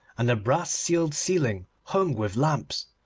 and a brass-sealed ceiling hung with lamps.